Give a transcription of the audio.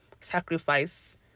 sacrifice